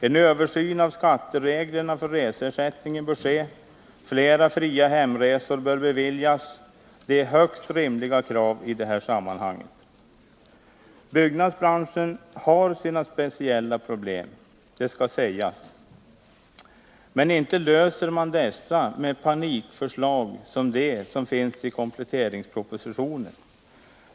En översyn av skattereglerna för reseersättningen bör ske, flera fria hemresor bör beviljas. Det är högst rimliga krav i det här sammanhanget. Byggnadsbranschen har sina speciella problem, det skall sägas. Men inte löser man dessa med ”panikförslag” som det som finns i kompletteringspropositionen.